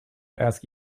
ask